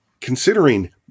considering